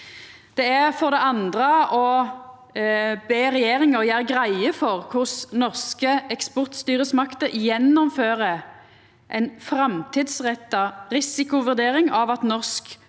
Det er for det andre å be regjeringa gjera greie for korleis norske eksportstyresmakter gjennomfører ei framtidsretta risikovurdering av at norsk